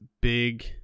big